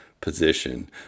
position